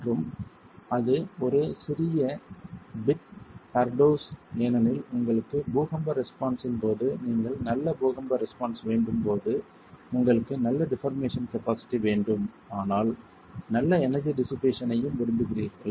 மற்றும் அது ஒரு ஒரு சிறிய பிட் பர்டோஸ் ஏனெனில் உங்களுக்கு பூகம்ப ரெஸ்பான்ஸ் இன் போது நீங்கள் நல்ல பூகம்ப ரெஸ்பான்ஸ் வேண்டும் போது உங்களுக்கு நல்ல டிபார்மேசன் கபாஸிட்டி வேண்டும் ஆனால் நல்ல எனர்ஜி டிஷ்ஷிபேசன் ஐயும் விரும்புகிறீர்கள்